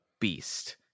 beast